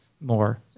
more